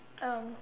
um